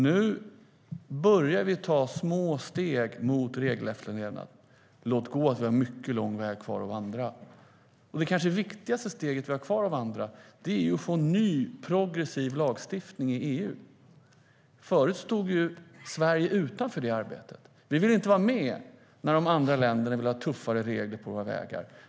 Nu börjar vi ta små steg mot regelefterlevnad. Låt gå för att vi har mycket lång väg kvar att vandra. Det kanske viktigaste steget vi har kvar att ta är att få till stånd en ny progressiv lagstiftning i EU. Förut stod Sverige utanför det arbetet och ville inte vara med när de andra länderna ville ha tuffare regler på våra vägar.